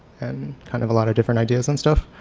and kind of a lot of different ideas and stuff,